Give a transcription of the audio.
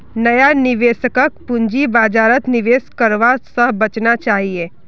नया निवेशकक पूंजी बाजारत निवेश करवा स बचना चाहिए